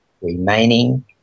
remaining